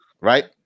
Right